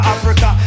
Africa